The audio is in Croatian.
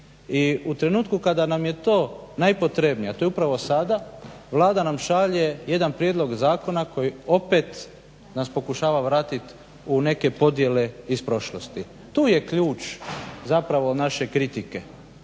I u trenutak kada nam je to najpotrebnije, a to je upravo sada vlada nam šalje jedan prijedlog zakona koji opet nas pokušava vratiti u neke podjele iz prošlosti. Tu je ključ naše kritike,